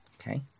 Okay